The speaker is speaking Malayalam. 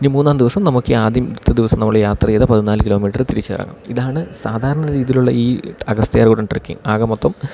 ഇനി മൂന്നാം ദിവസം നമുക്ക് ഈ ആദ്യത്തെ ദിവസം നമ്മള് യാത്ര ചെയ്ത പതിനാല് കിലോമീറ്റർ തിരിച്ച് ഇറങ്ങാം ഇതാണ് സാധാരണ രീതിയിലുള്ള ഈ അഗസ്ത്യാർകൂടം ട്രെക്കിങ് ആകെ മൊത്തം